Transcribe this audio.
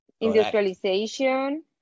industrialization